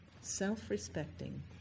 Self-respecting